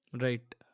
Right